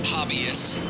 Hobbyists